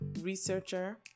researcher